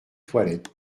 toilette